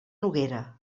noguera